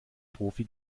profi